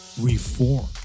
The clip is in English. reform